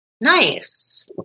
Nice